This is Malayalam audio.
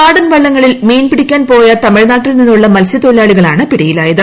നാടൻ വള്ളങ്ങളിൽ മീൻ പിടിക്കാൻ പോയ തമിഴ്നാട്ടിൽ നിന്നുള്ള മത്സ്യത്തൊഴിലാളികളാണ് പിടിയിലായത്